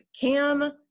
Cam